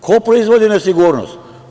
Ko proizvodi nesigurnost?